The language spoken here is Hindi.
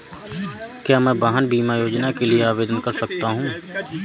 क्या मैं वाहन बीमा योजना के लिए आवेदन कर सकता हूँ?